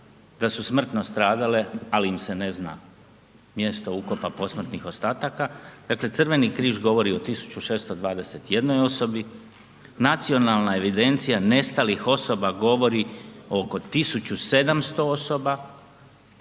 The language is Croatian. da su smrtno stradale, ali im se ne zna mjesto ukopa posmrtnih ostataka. Dakle Crveni križ govori o 1621 osobi, nacionalna evidencija nestalih osoba o oko 1700 osoba